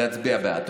להצביע בעד.